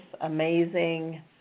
amazing